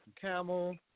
Camel